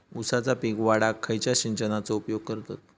ऊसाचा पीक वाढाक खयच्या सिंचनाचो उपयोग करतत?